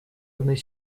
одной